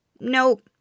nope